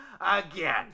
again